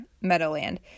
Meadowland